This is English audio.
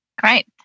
Great